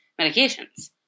medications